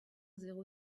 zéro